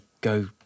go